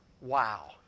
Wow